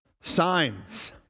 signs